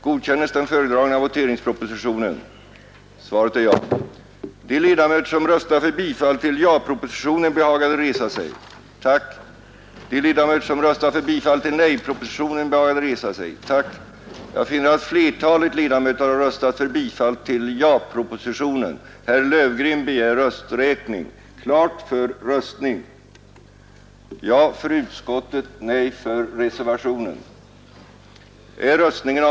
Under veckan den 5 — 11 mars anordnas arbetsplena onsdagen den 8 mars kl. 10.00 och torsdagen den 9 mars kl. 11.00. Inget av dessa sammanträden kommer att fortsättas på kvällen. Bordläggningsplena hålles planenligt tisdagen den 7 mars kl. 16.00 och fredagen den 10 mars kl. 15.00.